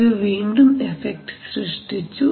ഇതു വീണ്ടും എഫക്ട് സൃഷ്ടിച്ചു